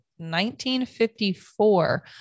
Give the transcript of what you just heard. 1954